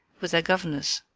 with their governors